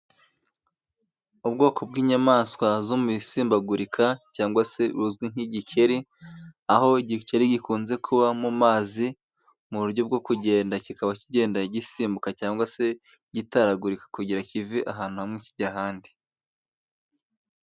Ubwoko bw'inyamaswa zo mu bisimbagurika cyangwa se buzwi nk'igikeri aho gikeri gikunze kuba mu mazi. Mu buryo bwo kugenda kikaba kigenda gisimbuka cyangwa se gitaragurika kugira kive ahantu hamwe kijya ahandi.